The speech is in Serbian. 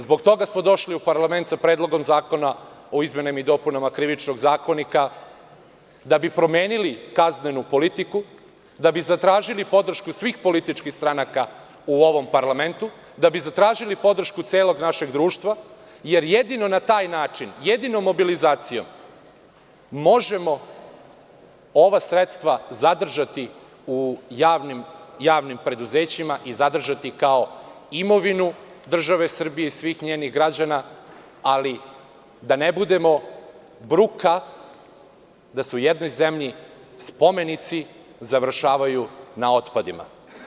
Zbog toga smo došli u parlament sa Predlogom zakona o izmenama i dopunama Krivičnog zakonika da bi promenili kaznenu politiku, da bi zatražili podršku svih političkih stranaka u ovom parlamentu, da bi zatražili podršku celog našeg društva, jer jedino na taj način, jedino mobilizacijom možemo ova sredstva zadržati u javnim preduzećima i zadržati kao imovinu države Srbije i svih njenih građana, ali i da ne budemo bruka da u jednoj zemlji spomenici završavaju na otpadima.